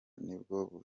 nibwo